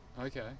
Okay